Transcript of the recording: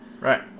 Right